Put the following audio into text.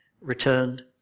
returned